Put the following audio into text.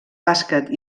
bàsquet